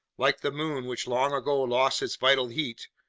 like the moon, which long ago lost its vital heat,